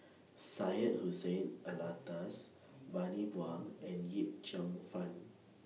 Syed Hussein Alatas Bani Buang and Yip Cheong Fun